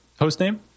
hostname